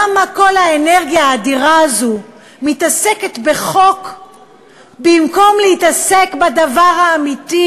למה כל האנרגיה האדירה הזו מתעסקת בחוק במקום להתעסק בדבר האמיתי?